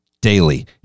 daily